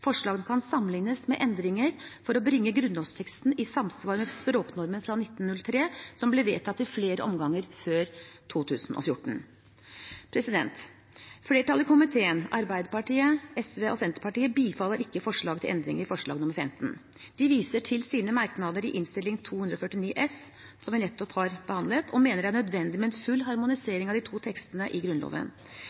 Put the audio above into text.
Forslagene kan sammenlignes med endringer for å bringe grunnlovsteksten i samsvar med språknormen fra 1903, som ble vedtatt i flere omganger før 2014. Flertallet i komiteen, Arbeiderpartiet, SV og Senterpartiet, bifaller ikke forslaget til endringer i forslag nr. 15. De viser til sine merknader i Innst. 249 S, som vi nettopp har behandlet, og mener det er nødvendig med en full harmonisering av de to tekstene i Grunnloven,